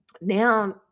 now